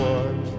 one